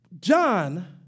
John